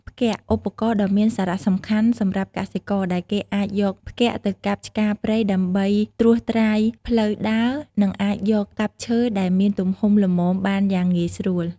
ផ្គាក់ ឧបករណ៍ដ៏មានសារៈសំខាន់សម្រាប់កសិករ ដែលគេអាចយកផ្គាក់ទៅកាប់ឆ្ការព្រៃដើម្បីត្រួយត្រាយផ្លូវដើរ និងអាចយកកាប់ឈើដែលមានទំហំល្មមបានយ៉ាងងាយស្រួល។